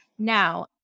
Now